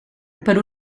per